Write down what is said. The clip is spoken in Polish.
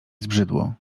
zbrzydło